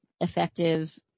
effective